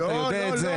ואתה יודע את זה.